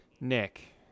Nick